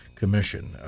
commission